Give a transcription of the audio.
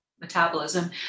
metabolism